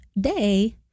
day